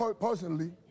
personally